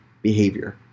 Behavior